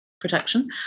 protection